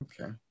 Okay